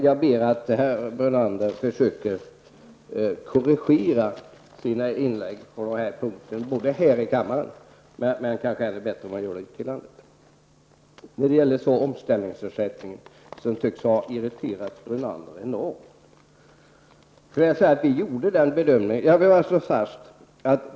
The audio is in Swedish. Jag ber att herr Brunander försöker korrigera sina inlägg på den här punkten, både här i kammaren och ännu hellre ute i landet. Omställningsersättningen tycks ha irriterat herr Brunander enormt.